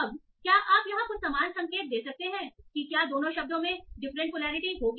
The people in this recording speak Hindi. अब क्या आप यहां कुछ समान संकेत दे सकते हैं कि क्या दोनों शब्दों में डिफरेंट पोलैरिटी होगी